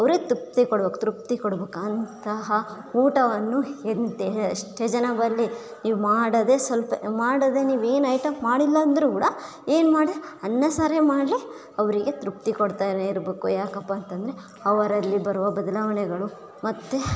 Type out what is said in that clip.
ಅವ್ರಿಗೆ ತೃಪ್ತಿ ಕೊಡಬೇಕು ತೃಪ್ತಿ ಕೊಡಬೇಕು ಅಂತಹ ಊಟವನ್ನು ಎಷ್ಟೇ ಜನ ಬರಲಿ ನೀವು ಮಾಡದೆ ಸ್ವಲ್ಪ ಮಾಡದೆ ನೀವು ಏನು ಐಟಮ್ ಮಾಡಿಲ್ಲ ಅಂದರು ಕೂಡ ಏನು ಮಾಡದೇ ಅನ್ನ ಸಾರೇ ಮಾಡಲಿ ಅವರಿಗೆ ತೃಪ್ತಿ ಕೊಡ್ತಾನೆ ಇರಬೇಕು ಯಾಕಪ್ಪ ಅಂತ ಅಂದರೆ ಅವರಲ್ಲಿ ಬರುವ ಬದಲಾವಣೆಗಳು ಮತ್ತೆ